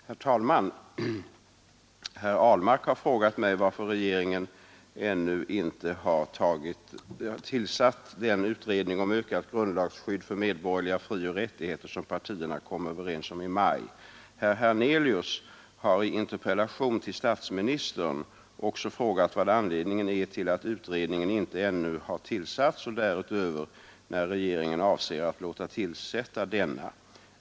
Herr talman! Herr Ahlmark har frågat mig varför regeringen ännu inte har tillsatt den utredning om ökat grundlagsskydd för medborgerliga frioch rättigheter som partierna kom överens om i maj. Herr Hernelius har i interpellation till statsministern också frågat vad anledningen är till att utredningen inte ännu har tillsatts och därutöver när regeringen avser att låta tillsätta denna.